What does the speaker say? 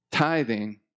Tithing